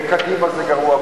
בקדימה זה גרוע,